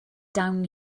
down